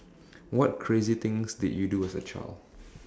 what crazy things did you do as a child